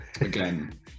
again